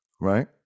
Right